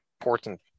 important